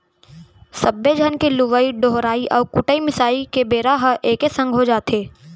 सब्बे झन के लुवई डोहराई अउ कुटई मिसाई के बेरा ह एके संग हो जाथे